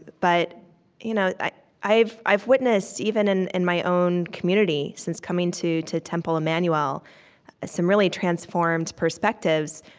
but you know i've i've witnessed even in in my own community, since coming to to temple emmanuel some really transformed perspectives,